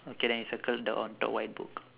okay then you circle the on top white book